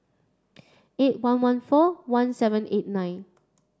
eight one one four one seven eight nine